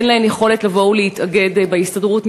אין להן יכולת לבוא ולהתאגד בהסתדרות,